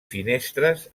finestres